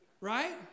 Right